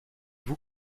vous